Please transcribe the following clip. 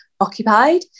occupied